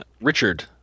Richard